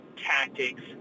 tactics